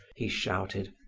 he shouted.